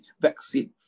vaccine